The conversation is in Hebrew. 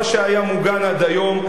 מה שהיה מוגן עד היום,